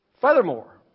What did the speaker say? Furthermore